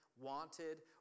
wanted